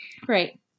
Great